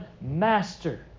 Master